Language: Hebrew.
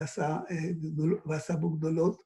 ‫ועשה בו גדולות.